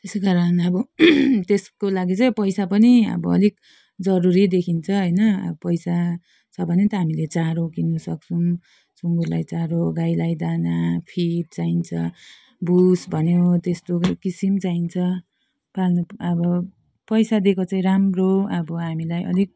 त्यसै कारण अब त्यसको लागि चाहिँ पैसा पनि अब अलिक जरुरी देखिन्छ होइन अब पैसा छ भने त हामीले चारो किन्नसक्छौँ सुँगुरलाई चारो गाईलाई दाना फिड चाहिन्छ भुस भन्यो त्यस्तो किसिम चाहिन्छ पाल्न त अब पैसा दिएको चाहिँ राम्रो अब हामीलाई अलिक